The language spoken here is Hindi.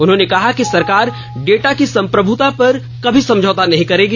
उन्होंने कहा कि सरकार डेटा की संप्रभुता पर कभी समझौता नहीं करेगी